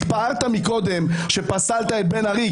התפארת קודם שפסלת את בן ארי.